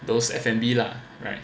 those F&B lah right